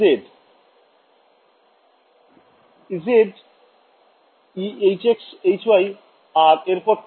ছাত্র ছাত্রীঃ Ez Hx Hy আর এরপর TE